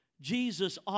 Jesus